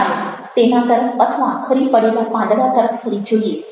ચાલો તેના તરફ અથવા ખરી પડેલાં પાંદડાં તરફ ફરી જોઈએ